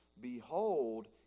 Behold